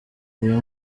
uyu